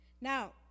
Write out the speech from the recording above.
Now